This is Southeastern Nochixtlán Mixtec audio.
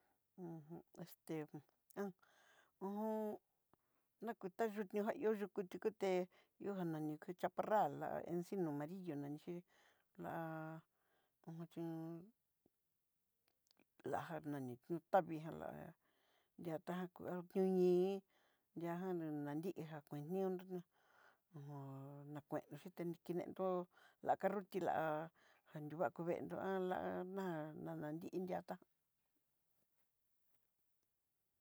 esté ju ná ku ta yunió ahió yukú tukuté ihó nani kú chaparrar ensigno merillo nani xhí la onxhió la já nani kú tavi ján la nria tá kú alñon'i ñajan nrunani já kueniondó ná uhá nakuendó xhitá ni kenendó la carroti la'a jakivá kuveendó ná'a nanan nrí nriatá.